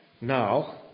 now